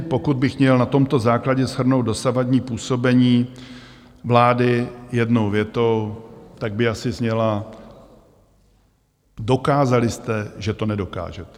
Pokud bych měl na tomto základě shrnout dosavadní působení vlády jednou větou, tak by asi zněla: Dokázali jste, že to nedokážete.